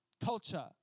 culture